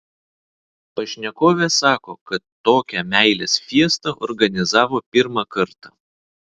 pašnekovė sako kad tokią meilės fiestą organizavo pirmą kartą